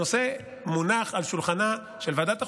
הנושא מונח על שולחנה של ועדת החוקה,